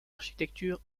architecture